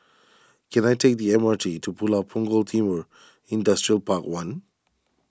can I take the M R T to Pulau Punggol Timor Industrial Park one